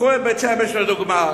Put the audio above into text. קחו את בית-שמש לדוגמה.